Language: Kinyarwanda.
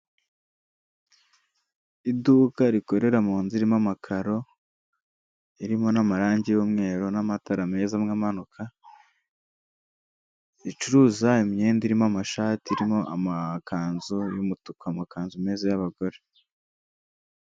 Iduka rikorera mu nzu irimo amakaro, irimo n'amarangi y'umweru n'amatara meza amwe amanuka, ricuruza imyenda irimo amashati, irimo amakanzu y'umutuku, amakanzu meza y'abagore.